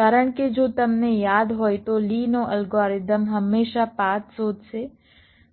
કારણ કે જો તમને યાદ હોય તો લીનો અલ્ગોરિધમ હંમેશા પાથ શોધશે